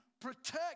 protect